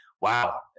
wow